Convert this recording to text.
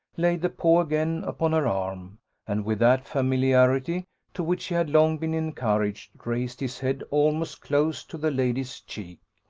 laid the paw again upon her arm and with that familiarity to which he had long been encouraged, raised his head almost close to the lady's cheek.